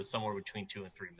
was somewhere between two and three